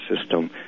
system